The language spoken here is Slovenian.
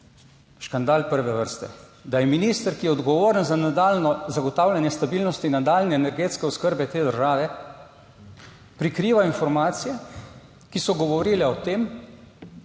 škandal prve vrste, da je minister, ki je odgovoren za nadaljnje zagotavljanje stabilnosti nadaljnje energetske oskrbe te države, prikrival informacije, ki so govorile o tem,